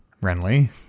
Renly